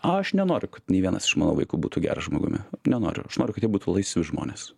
aš nenoriu kad nė vienas iš mano vaikų būtų geru žmogumi nenoriu aš noriu kad jie būtų laisvi žmonės